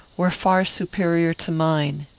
were far superior to mine.